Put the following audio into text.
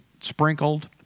sprinkled